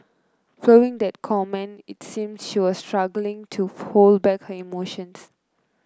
following that comment it seemed she was struggling to hold back her emotions